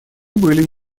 были